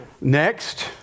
Next